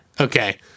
okay